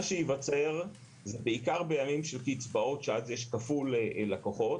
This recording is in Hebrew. מה שייווצר בעיקר בימים של קצבאות שאז יש כפול לקוחות,